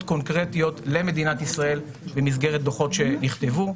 קונקרטיות למדינת ישראל במסגרת דוחות שנכתבו.